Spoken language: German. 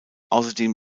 außerdem